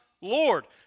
Lord